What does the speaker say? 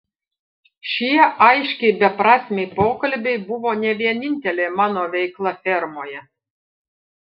šie aiškiai beprasmiai pokalbiai buvo ne vienintelė mano veikla fermoje